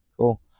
Cool